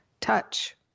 touch